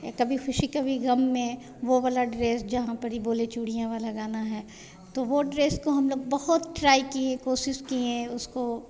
कभी ख़ुशी कभी ग़म में वह वाला ड्रेस जहाँ पर ये बोले चूड़ियाँ वाला गाना है तो वह ड्रेस को हम लोग बहुत ट्राइ किए कोशिश किए उसको